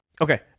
Okay